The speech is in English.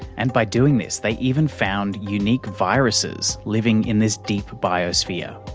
and by doing this they even found unique viruses living in this deep biosphere.